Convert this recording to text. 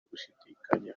gushidikanya